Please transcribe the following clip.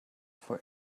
for